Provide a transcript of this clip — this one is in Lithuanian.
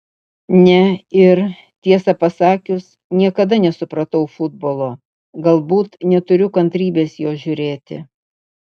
ne ir tiesą pasakius niekada nesupratau futbolo galbūt neturiu kantrybės jo žiūrėti